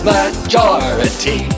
Majority